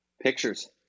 pictures